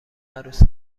عروسی